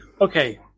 Okay